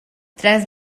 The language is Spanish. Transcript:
tras